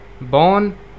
Born